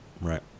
Right